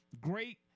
great